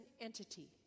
entity